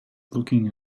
looking